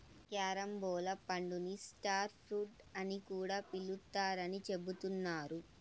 carambola పండుని star fruit అని కూడా పిలుత్తారని చెబుతున్నారు